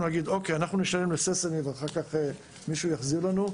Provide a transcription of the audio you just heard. להגיד שאנחנו נשלם ואחר-כך מישהו יחזיר לנו.